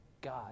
God